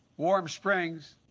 warm springs,